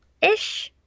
ish